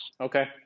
Okay